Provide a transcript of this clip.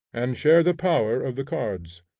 and share the power of the cards.